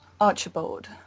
Archibald